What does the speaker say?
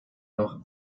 noch